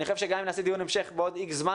אני חושב שגם אם נעשה דיון המשך בעוד X זמן